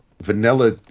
vanilla